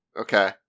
Okay